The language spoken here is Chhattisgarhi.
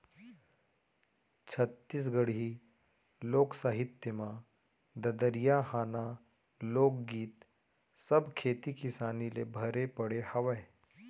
छत्तीसगढ़ी लोक साहित्य म ददरिया, हाना, लोकगीत सब खेती किसानी ले भरे पड़े हावय